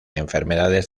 enfermedades